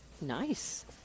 nice